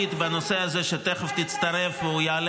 תודה רבה.